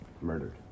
murdered